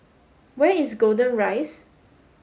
where is Golden Rise